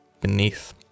beneath